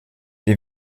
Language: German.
die